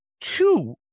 two